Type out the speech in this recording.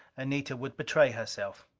anita would betray herself.